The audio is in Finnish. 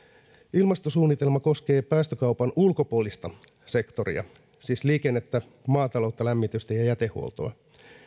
ilmastosuunnitelma koskee päästökaupan ulkopuolista sektoria siis liikennettä maataloutta lämmitystä ja jätehuoltoa